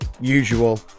usual